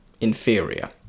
inferior